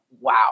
wow